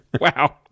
Wow